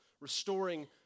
restoring